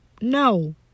no